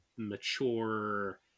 mature